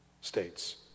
states